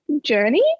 journey